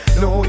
no